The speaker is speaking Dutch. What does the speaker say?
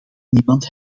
niemand